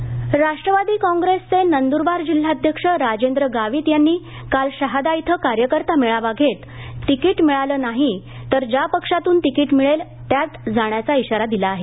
बंडखोरी राष्ट्रवादी कॉप्रेसचे नंदुरबार जिल्हाध्यक्ष राजेंद्र गावित यांनी काल शहादा ध्वे कार्यकर्ता मेळावा घेत तिकीट मिळालं नाही तर ज्या पक्षातून तिकीट मिळेल त्यात जाण्याचा शिरा दिला आहे